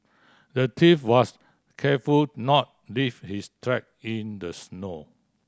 the thief was careful not leave his track in the snow